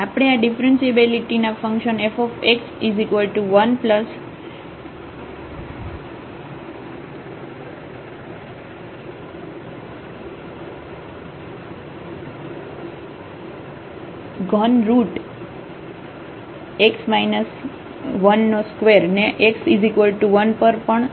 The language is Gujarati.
આપણે આ ડીફરન્સીએબિલિટી ના ફંક્શન fx13x 12 ને x1 પર પણ ચકાસી શકીએ છીએ